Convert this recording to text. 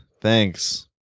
Thanks